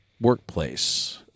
workplace